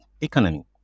economy